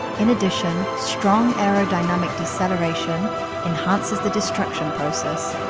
in addition, strong aerodynamic deceleration enhances the destruction process.